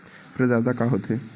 प्रदाता का हो थे?